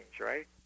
right